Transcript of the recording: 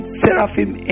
seraphim